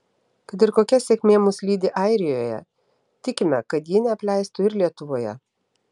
kad ir kokia sėkmė mus lydi airijoje tikime kad ji neapleistų ir lietuvoje